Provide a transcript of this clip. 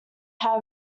have